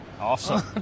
Awesome